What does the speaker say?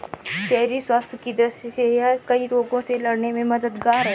cherry स्वास्थ्य की दृष्टि से यह कई रोगों से लड़ने में मददगार है